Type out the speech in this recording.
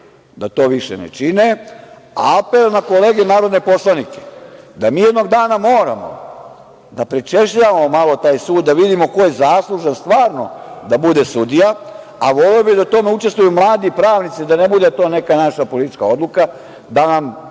da to više ne čine. Apel na kolege narodne poslanike da mi jednog dana moramo da prečešljavamo malo taj sud, da vidimo ko je zaslužan stvarno da bude sudija, a voleo bih da u tome učestvuju mladi pravnici, da ne bude to neka naša politička odluka, da nam